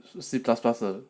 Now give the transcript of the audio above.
C plus plus